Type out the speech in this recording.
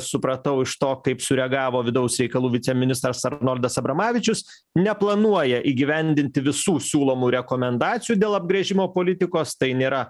supratau iš to kaip sureagavo vidaus reikalų viceministras arnoldas abramavičius neplanuoja įgyvendinti visų siūlomų rekomendacijų dėl apgęžimo politikos tai nėra